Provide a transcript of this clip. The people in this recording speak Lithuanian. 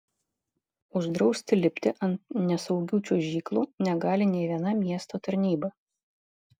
uždrausti lipti ant nesaugių čiuožyklų negali nė viena miesto tarnyba